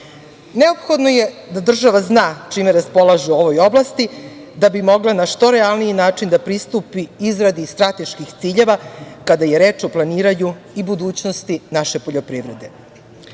nivou. Neophodno je da država zna čime raspolaže u ovoj oblasti, da bi mogla na što realniji način da pristupi izradi strateških ciljeva, kada je reč o planiranju i budućnosti naše poljoprivrede. Koliko